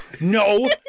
No